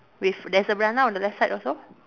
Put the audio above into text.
with there's a banana on the left side also